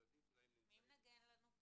שהילדים שלהן נמצאים,